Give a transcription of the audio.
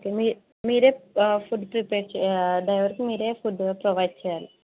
okay మీరే food prepare చెయ్యా డ్రైవెర్కి మిరే ఫుడ్ ప్రొవైడ్ చెయ్యాలి